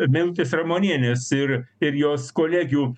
meilutės ramonienės ir ir jos kolegių